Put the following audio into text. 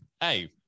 hey